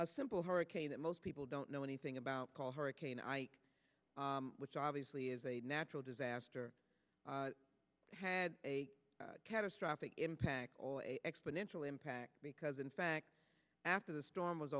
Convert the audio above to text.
a simple hurricane that most people don't know anything about called hurricane ike which obviously is a natural disaster had a catastrophic impact exponential impact because in fact after the storm was